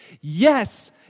yes